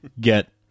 get